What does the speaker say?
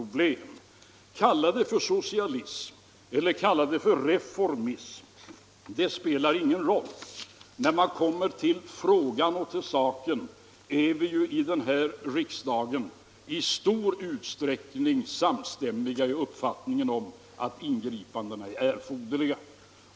Om man kallar det ”socialism” eller ”reformism” spelar ingen roll — när vi kommer till saken är vi ju också här i riksdagen i stor utsträckning samstämmiga i uppfattningen om att ingripandena är erforderliga.